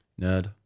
Nerd